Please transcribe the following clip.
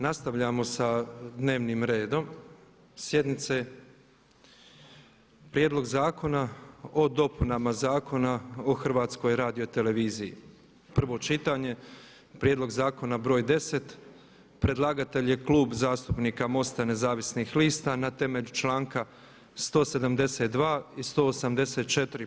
Nastavljamo sa dnevnim redom sjednice. - Prijedlog zakona o dopunama Zakona o HRT-u, prvo čitanje, prijedlog zakona br. 10 Predlagatelj je Klub zastupnika MOST-a nezavisnih lista na temelju članka 172. i 184.